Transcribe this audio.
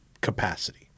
capacity